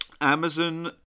Amazon